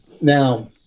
now